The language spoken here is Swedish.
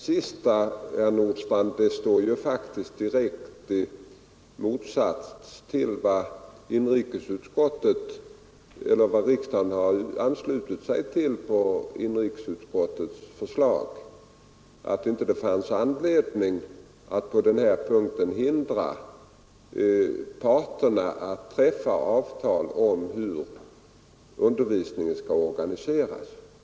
Herr talman! Det sista, herr Nordstrandh, står faktiskt direkt i motsats till vad riksdagen har anslutit sig till på inrikesutskottets förslag, nämligen att det inte finns anledning att på den här punkten hindra parterna att träffa avtal om hur undervisningen skall organiseras.